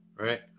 right